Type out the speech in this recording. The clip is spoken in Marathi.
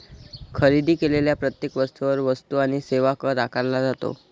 खरेदी केलेल्या प्रत्येक वस्तूवर वस्तू आणि सेवा कर आकारला जातो